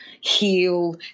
heal